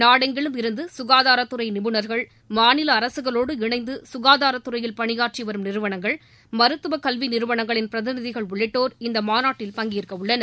நாடெங்கிலும் இருந்து சுகாதாரத்துறை நிபுணர்கள் மாநில அரசுகளோடு இணைந்து சுகாதாரத்துறையில் பணியாற்றி வரும் நிறுவனங்கள் மருத்துவ கல்வி நிறுவனங்களின் பிரதிநிதிகள் உள்ளிட்டோர் இம்மாநாட்டில் பங்கேற்க உள்ளனர்